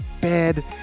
bed